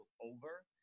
over